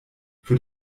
für